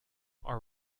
are